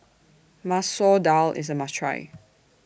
Masoor Dal IS A must Try